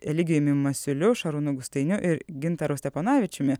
eligijumi masiuliu šarūnu gustainiu ir gintaru steponavičiumi